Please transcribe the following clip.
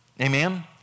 Amen